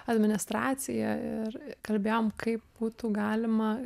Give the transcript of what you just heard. administracija ir kalbėjom kaip būtų galima